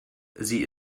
sie